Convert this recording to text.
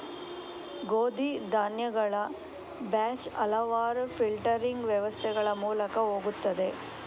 ಗೋಧಿ ಧಾನ್ಯಗಳ ಬ್ಯಾಚ್ ಹಲವಾರು ಫಿಲ್ಟರಿಂಗ್ ವ್ಯವಸ್ಥೆಗಳ ಮೂಲಕ ಹೋಗುತ್ತದೆ